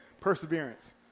perseverance